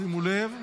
שימו לב.